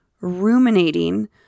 ruminating